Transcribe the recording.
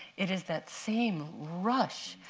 it is that same rush,